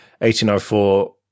1804